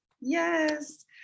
Yes